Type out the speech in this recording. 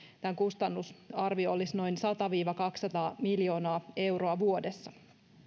tämän kustannusarvio olisi noin sata viiva kaksisataa miljoonaa euroa vuodessa